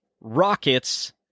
rockets